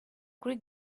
kuri